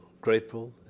grateful